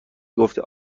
گفته